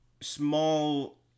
small